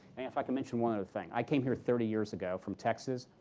if i can mention one other thing. i came here thirty years ago from texas.